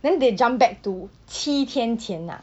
then they jump back to 七天前啊